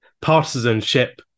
partisanship